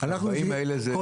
ה-40 האלה זה --- כל